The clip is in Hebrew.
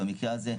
במקרה הזה,